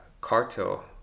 cartel